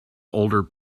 older